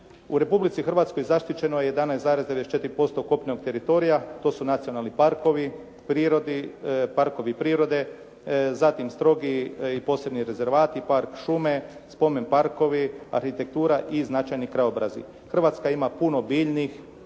U Republici Hrvatskoj zaštićeno je 11,94% kopnenog teritorija, to su nacionalni parkovi, parkovi prirode, zatim strogi i posebni rezervati, park šume, spomen parkovi, arhitektura i značajni krajobrazi. Hrvatska ima puno biljnih,